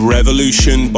Revolution